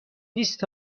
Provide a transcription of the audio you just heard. نیست